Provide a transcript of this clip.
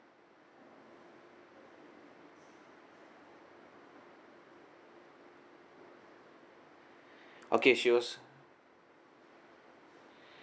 okay she was